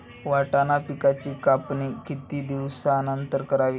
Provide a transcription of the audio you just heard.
वाटाणा पिकांची कापणी किती दिवसानंतर करावी?